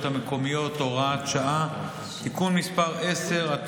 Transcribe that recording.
המקומיות (הוראת שעה) (תיקון מס' 10),